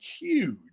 huge